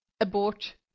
abort